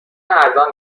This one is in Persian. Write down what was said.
ارزان